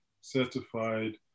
certified